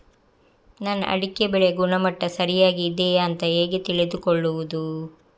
ನನ್ನ ಅಡಿಕೆ ಬೆಳೆಯ ಗುಣಮಟ್ಟ ಸರಿಯಾಗಿ ಇದೆಯಾ ಅಂತ ಹೇಗೆ ತಿಳಿದುಕೊಳ್ಳುವುದು?